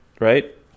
right